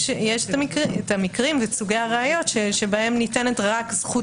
יש המקרים וסוגי הראיות שבהם ניתנת ראיה כזכות